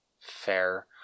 Fair